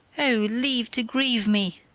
o, leave to grieve me!